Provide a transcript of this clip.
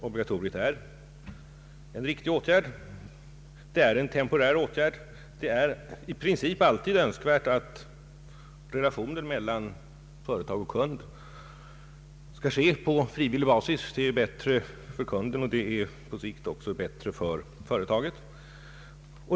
Obligatoriet är en viktig åtgärd, det är en temporär åtgärd. I princip är det alltid önskvärt att relationen mellan företag och kund sker på frivillig basis. Det är bättre för kunden, och det är på sikt också bättre för företaget.